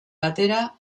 batera